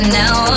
now